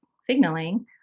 signaling